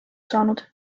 saanud